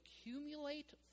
accumulate